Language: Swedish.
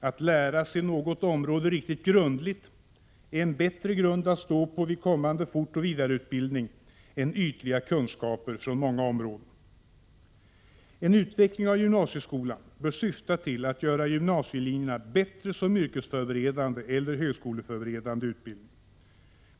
Att lära sig något område riktigt grundligt är en bättre grund att stå på vid kommande fortoch vidareutbildning än ytliga kunskaper från många områden. En utveckling av gymnasieskolan bör syfta till att göra gymnasielinjerna bättre som yrkesförberedande eller högskoleförberedande utbildning.